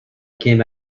came